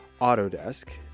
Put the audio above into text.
Autodesk